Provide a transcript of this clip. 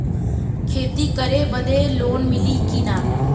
खेती करे बदे लोन मिली कि ना?